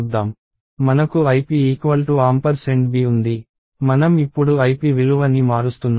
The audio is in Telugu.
మనకు ip b ఉంది మనం ఇప్పుడు ip విలువ ని మారుస్తున్నాము